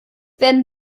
werden